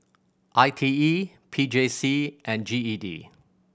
I T E P J C and G E D